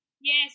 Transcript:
Yes